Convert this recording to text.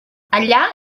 allà